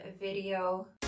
video